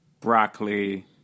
broccoli